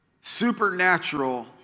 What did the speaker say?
supernatural